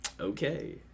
okay